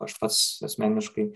aš pats asmeniškai